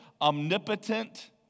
omnipotent